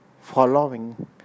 following